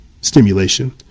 stimulation